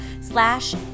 slash